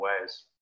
ways